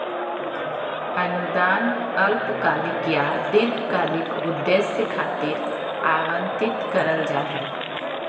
अनुदान अल्पकालिक या दीर्घकालिक उद्देश्य खातिर आवंतित करल जा हय